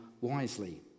wisely